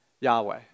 Yahweh